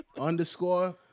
underscore